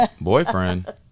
Boyfriend